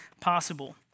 possible